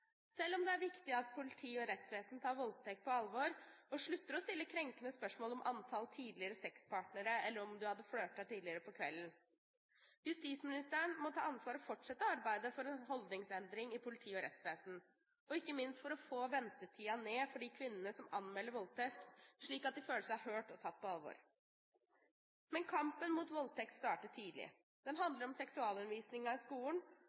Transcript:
selv om det er viktig at politi og rettsvesen tar voldtekt på alvor og slutter å stille krenkende spørsmål om antall tidligere sexpartnere eller om du hadde flørtet tidligere på kvelden. Justisministeren må ta ansvar og fortsette arbeidet for en holdningsendring i politi- og rettsvesen og, ikke minst, for å få ventetiden ned for de kvinnene som anmelder voldtekt, slik at de føler seg hørt og tatt på alvor. Men kampen mot voldtekt starter tidlig. Den handler om seksualundervisningen i skolen,